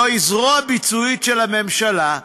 זו זרוע ביצועית של הממשלה,